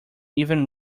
even